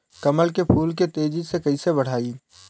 कमल के फूल के तेजी से कइसे बढ़ाई?